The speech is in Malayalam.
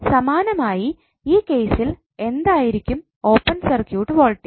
സമാനമായി ഈ കേസിൽ എന്തായിരിക്കും ഓപ്പൺ സർക്യൂട്ട് വോൾട്ടേജ്